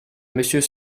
monsieur